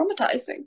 traumatizing